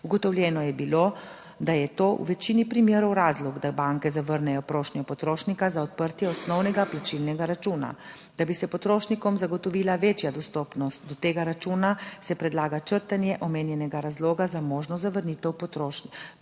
Ugotovljeno je bilo, da je to v večini primerov razlog, da banke zavrnejo prošnjo potrošnika za odprtje osnovnega plačilnega računa. Da bi se potrošnikom zagotovila večja dostopnost do tega računa se predlaga črtanje omenjenega razloga za možnost zavrnitev prošnje